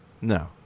No